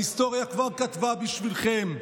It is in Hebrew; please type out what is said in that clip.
ההיסטוריה כבר כתבה בשבילכם.